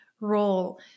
role